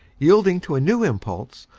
yielding to a new impulse,